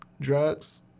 drugs